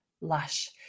lush